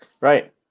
Right